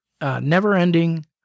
never-ending